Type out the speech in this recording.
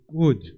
good